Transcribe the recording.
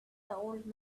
old